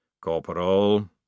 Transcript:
Corporal